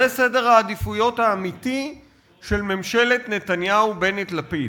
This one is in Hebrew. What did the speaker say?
זה סדר העדיפויות האמיתי של ממשלת נתניהו-בנט-לפיד.